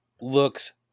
looks